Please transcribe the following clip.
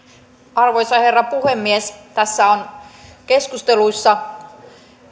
arvoisa herra puhemies tässä on keskusteluissa